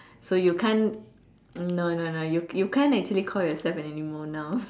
so you can't no no no you you can't actually call yourself an animal now